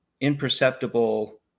imperceptible